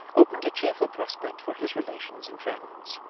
opened a cheerful prospect for his relations and friends.